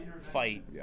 fight